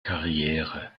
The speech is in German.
karriere